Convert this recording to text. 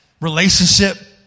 relationship